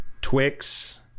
Twix